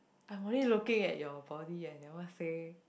I'm only looking at your body I never say